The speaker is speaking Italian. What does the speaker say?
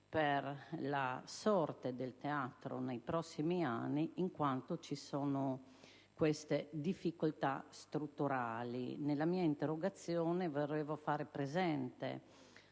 per la sorte del Teatro nei prossimi anni in relazione a queste difficoltà strutturali. Nella mia interrogazione volevo far presente